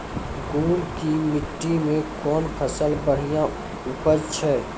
गुड़ की मिट्टी मैं कौन फसल बढ़िया उपज छ?